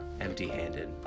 empty-handed